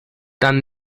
dann